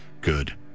good